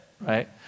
right